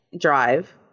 drive